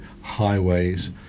highways